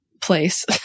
place